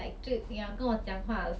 不对 then 我也会生气